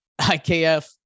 IKF